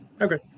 Okay